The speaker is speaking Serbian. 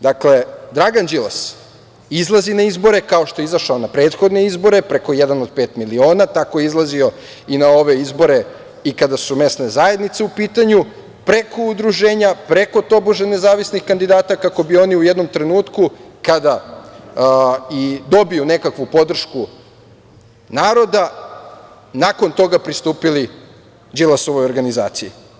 Dakle, Dragan Đilas izlazi na izbore, kao što je izašao na prethodne izbore preko „Jedan od pet miliona“, tako je izlazio i na ove izbore i kada su mesne zajednice u pitanju, preko udruženja, preko tobože nezavisnih kandidata, kako bi oni u jednom trenutku kada i dobiju nekakvu podršku naroda, nakon toga pristupili Đilasovoj organizaciji.